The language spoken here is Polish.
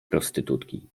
prostytutki